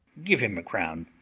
give him a crown,